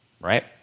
Right